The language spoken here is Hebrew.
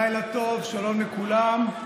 לילה טוב, שלום לכולם.